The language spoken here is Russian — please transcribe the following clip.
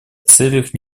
целях